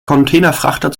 containerfrachter